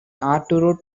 arturo